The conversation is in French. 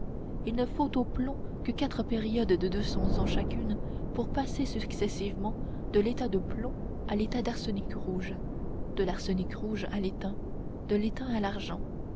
il ne faut au plomb que quatre périodes de deux cents ans chacune pour passer successivement de l'état de plomb à l'état d'arsenic rouge de l'arsenic rouge à l'étain de l'étain à l'argent